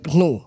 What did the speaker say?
no